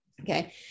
Okay